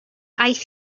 aeth